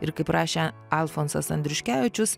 ir kaip rašė alfonsas andriuškevičius